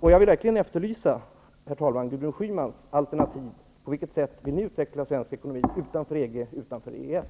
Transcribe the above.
Jag vill verkligen efterlysa, herr talman, Gudrun Schymans alternativ. På vilket sätt vill ni utveckla svensk ekonomi utanför EG och utanför EES?